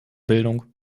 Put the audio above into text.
bildung